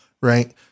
right